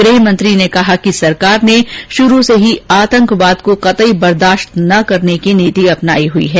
गृहमंत्री ने कहा कि सरकार ने शुरू से ही आतंकवाद को कतई बर्दाश्त न करने की नीति अपनाई हुई है